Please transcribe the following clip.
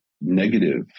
negative